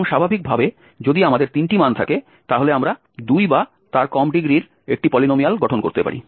এবং স্বাভাবিকভাবে যদি আমাদের 3টি মান থাকে তাহলে আমরা 2 বা তার কম ডিগ্রীর একটি পলিনোমিয়াল গঠন করতে পারি